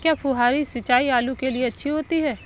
क्या फुहारी सिंचाई आलू के लिए अच्छी होती है?